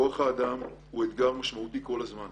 כוח האדם הוא אתגר משמעותי כל הזמן.